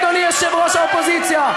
אדוני יושב-ראש האופוזיציה.